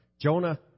Jonah